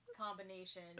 combination